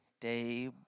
day